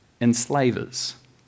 enslavers